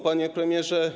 Panie Premierze!